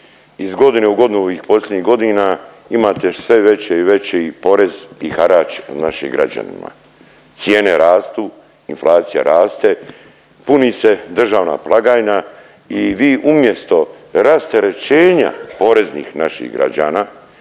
iz godine u godinu ovih posljednjih godina imate sve veći i veći porez i harač našim građanima. Cijene rastu, inflacija raste, puni se državna blagajna i vi umjesto rasterećenja poreznih naših građana,